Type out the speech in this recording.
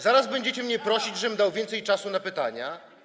Zaraz będziecie mnie prosić, żebym dał więcej czasu na pytania.